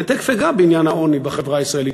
אני תכף אגע בעניין העוני בחברה הישראלית,